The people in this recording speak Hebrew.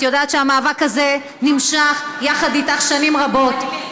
את יודעת שהמאבק הזה נמשך יחד איתך שנים רבות,